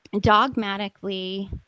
dogmatically